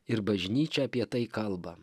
ir bažnyčia apie tai kalba